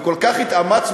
וכל כך התאמצנו,